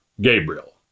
Gabriel